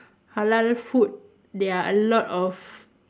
halal food there are a lot of